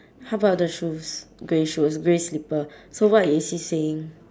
how about the shoes grey shoes grey slipper so what is he saying